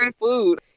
food